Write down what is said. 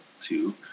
two